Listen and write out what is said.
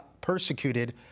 persecuted